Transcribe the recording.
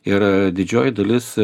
ir didžioji dalis